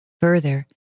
Further